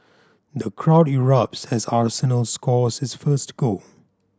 the crowd erupts as Arsenal score its first goal